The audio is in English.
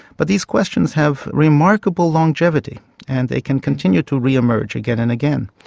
but these questions have remarkable longevity and they can continue to re-emerge again and again.